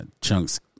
Chunks